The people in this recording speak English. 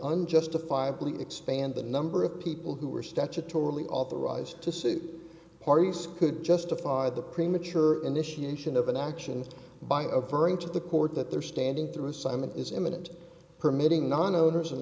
unjustifiably expand the number of people who are statutorily authorized to suit parties could justify the premature initiation of an action by of bring to the court that their standing through assignment is imminent permitting non owners